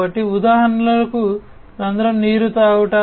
కాబట్టి ఉదాహరణలు రంధ్రం నీరు త్రాగుట